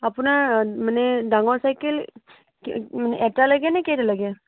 আপোনাৰ মানে ডাঙৰ চাইকেল এটা লাগেনে কেইটা লাগে